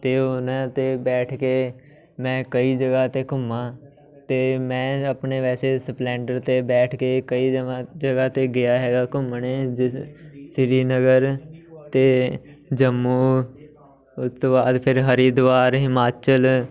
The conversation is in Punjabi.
ਅਤੇ ਉਹਨੇ 'ਤੇ ਬੈਠ ਕੇ ਮੈਂ ਕਈ ਜਗ੍ਹਾ 'ਤੇ ਘੁੰਮਾ ਅਤੇ ਮੈਂ ਆਪਣੇ ਵੈਸੇ ਸਪਲੈਂਡਰ 'ਤੇ ਬੈਠ ਕੇ ਕਈ ਜਮਾਂ ਜਗ੍ਹਾ 'ਤੇ ਗਿਆ ਹੈਗਾ ਘੁੰਮਣ ਜਿਸ ਸ੍ਰੀਨਗਰ ਅਤੇ ਜੰਮੂ ਉਸ ਤੋਂ ਬਾਅਦ ਫਿਰ ਹਰਿਦੁਆਰ ਹਿਮਾਚਲ